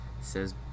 says